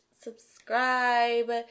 subscribe